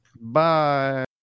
Bye